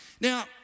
Now